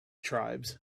tribes